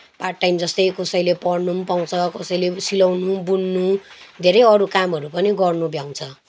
part time जस्तै कसैले पढ्नु पनि पाउँछ कसैले सिलाउनु बुन्नु धेरै अरू कामहरू पनि गर्नु भ्याउँछ